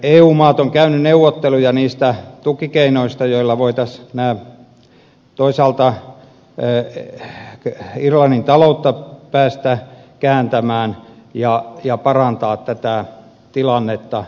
eu maat ovat käyneet neuvotteluja niistä tukikeinoista joilla voitaisiin toisaalta irlannin taloutta päästä kääntämään ja parantaa tätä tilannetta